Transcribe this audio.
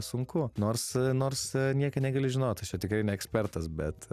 sunku nors nors niekad negali žinot aš čia tikrai ne ekspertas bet